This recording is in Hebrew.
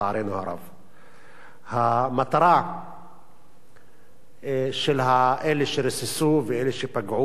המטרה של אלה שריססו ואלה שפגעו בנווה-שלום היא,